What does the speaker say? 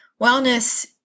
wellness